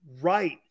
right